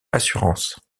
assurance